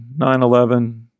9-11